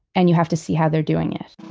and you have to see how they're doing it.